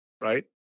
right